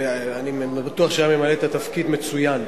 ואני בטוח שהיה ממלא את התפקיד מצוין.